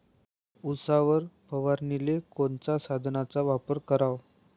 उसावर फवारनीले कोनच्या साधनाचा वापर कराव?